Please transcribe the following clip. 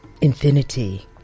infinity